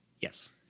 Yes